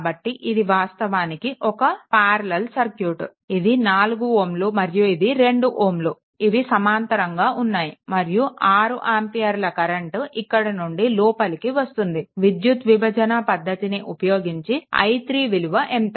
కాబట్టి ఇది వాస్తవానికి ఒక సమాంతర సర్క్యూట్ ఇది 4 Ω మరియు ఇది 2 Ω ఇవి సమాంతరంగా ఉన్నాయి మరియు ఈ 6 ఆంపియర్ల కరెంట్ ఇక్కడ నుండి లోపలికి వస్తుంది విద్యుత్ విభజన పద్ధతిని ఉపయోగించి i3 విలువ ఎంత